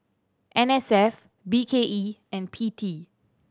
N S F B K E and P T